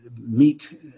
meet